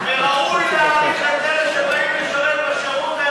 וראוי להעריך את זה שבאים לשרת בשירות האזרחי,